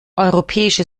europäische